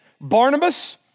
Barnabas